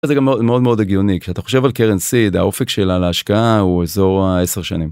זה גם מאוד מאוד הגיוני כשאתה חושב על קרן סיד האופק שלה להשקעה הוא אזור ה-10 שנים.